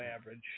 average